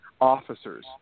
officers